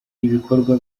ibikorwa